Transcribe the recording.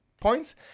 points